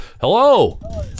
Hello